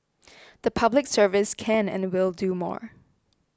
the Public Service can and will do more